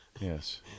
Yes